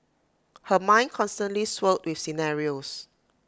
her mind constantly swirled with scenarios